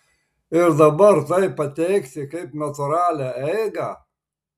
ir dabar tai pateikti kaip natūralią eigą